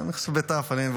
בתי"ו.